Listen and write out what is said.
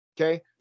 Okay